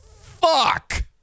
fuck